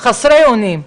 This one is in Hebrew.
היו חסרי אונים.